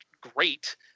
great